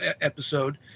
episode